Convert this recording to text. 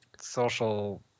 social